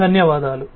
ధన్యవాదాలు